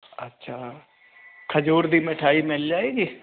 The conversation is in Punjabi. ਅੱਛਾ ਖਜੂਰ ਦੀ ਮਿਠਾਈ ਮਿਲ ਜਾਏਗੀ